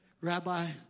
Rabbi